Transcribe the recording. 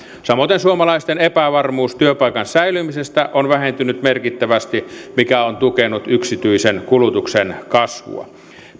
samoiten suomalaisten epävarmuus työpaikan säilymisestä on vähentynyt merkittävästi mikä on tukenut yksityisen kulutuksen kasvua